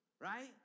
right